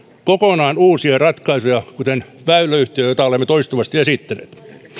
kokonaan uusia ratkaisuja kuten väyläyhtiö jota olemme toistuvasti esittäneet